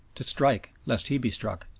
to strike lest he be struck,